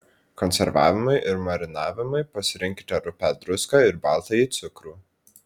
konservavimui ir marinavimui pasirinkite rupią druską ir baltąjį cukrų